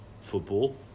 football